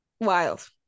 Wild